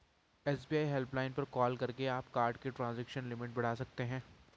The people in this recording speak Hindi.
एस.बी.आई हेल्पलाइन पर कॉल करके आप कार्ड की ट्रांजैक्शन लिमिट बढ़ा सकते हैं